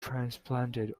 transplanted